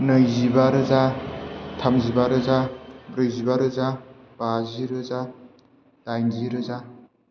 नैजिबा रोजा थामजिबा रोजा ब्रैजिबा रोजा बाजि रोजा दाइनजि रोजा